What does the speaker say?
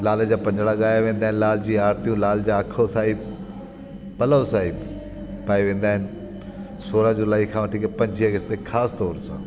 लाल जा पंजड़ा ॻाया वेंदा आहिनि लाल जी आर्तियूं लाल जा आखो साहिबु पलउ साहिबु पाए वेंदा आहिनि सोरहां जुला ई खां वठी पंजवीह अगस्त ताईं ख़ासि तौर सां